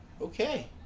Okay